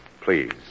Please